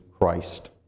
Christ